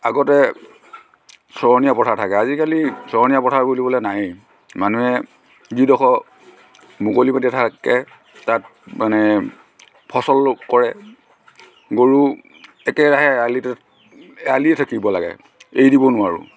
আগতে চৰণীয়া পথাৰ থাকে আজিকালি চৰণীয়া পথাৰ বুলিবলৈ নাইয়েই মানুহে যিডখৰ মুকলি পথাৰ থাকে তাত মানে ফচল কৰে গৰু একেৰাহে আলিটোত আলিয়েই থাকিব লাগে এৰি দিব নোৱাৰোঁ